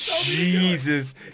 Jesus